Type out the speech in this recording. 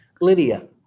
Lydia